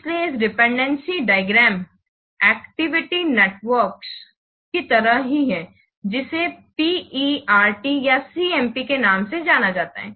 इसलिए यह dependency diagram activity networks की तरह ही है जिसे PERT या CPM के नाम से जाना जाता है